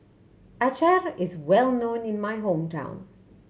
acar is well known in my hometown